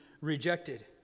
rejected